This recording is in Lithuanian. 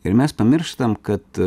ir mes pamirštam kad